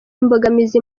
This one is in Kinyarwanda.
imbogamizi